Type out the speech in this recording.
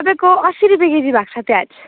तपाईँको असी रुपियाँ केजी भएको छ प्याज